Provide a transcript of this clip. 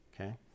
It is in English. okay